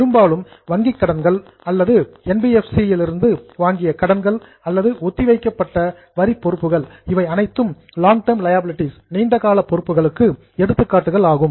பெரும்பாலும் வங்கிக் கடன்கள் அல்லது என் பி எப் சி யிலிருந்து வாங்கிய கடன்கள் அல்லது ஒத்திவைக்கப்பட்ட வரி பொறுப்புகள் இவை அனைத்தும் லாங் டெர்ம் லியாபிலிடீஸ் நீண்டகால பொறுப்புகளுக்கு எடுத்துக்காட்டுகளாகும்